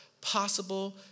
possible